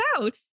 out